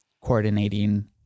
coordinating